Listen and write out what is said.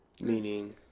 Meaning